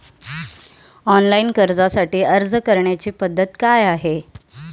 Online कर्जासाठी अर्ज करण्याची पद्धत काय आहे?